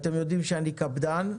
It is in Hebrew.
אתם יודעים שאני קפדן.